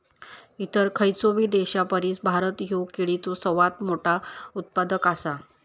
इतर खयचोबी देशापरिस भारत ह्यो केळीचो सर्वात मोठा उत्पादक आसा